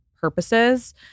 purposes